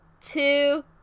two